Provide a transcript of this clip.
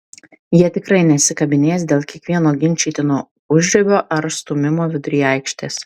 jie tikrai nesikabinės dėl kiekvieno ginčytino užribio ar stūmimo vidury aikštės